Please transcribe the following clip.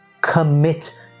commit